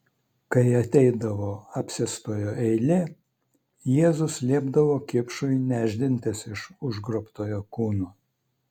kai ateidavo apsėstojo eilė jėzus liepdavo kipšui nešdintis iš užgrobtojo kūno